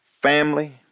family